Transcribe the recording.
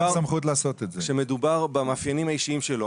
כשמדובר במאפיינים האישיים שלו,